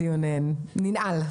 הדיון ננעל.